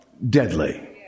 Deadly